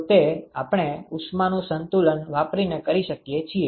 તો તે આપણે ઉષ્માનું સંતુલન વાપરીને કરી શકીએ છીએ